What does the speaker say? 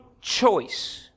choice